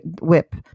whip